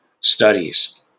studies